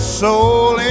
soul